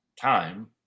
time